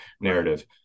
narrative